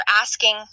asking